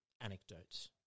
anecdote